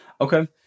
okay